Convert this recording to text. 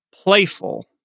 playful